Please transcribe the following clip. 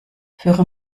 führe